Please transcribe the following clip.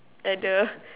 at the